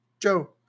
Joe